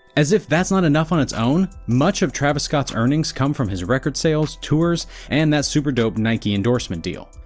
as if that's not enough on its own, much of travis scott's earnings come from his record sales, tours and that super dope nike endorsement deal.